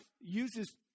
uses